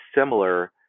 similar